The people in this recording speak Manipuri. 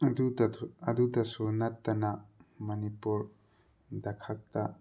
ꯑꯗꯨꯇꯁꯨ ꯅꯠꯇꯅ ꯃꯅꯤꯄꯨꯔꯗ ꯈꯛꯇ